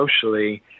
socially